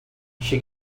she